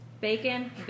Bacon